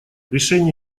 решение